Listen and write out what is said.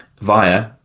via